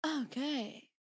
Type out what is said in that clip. Okay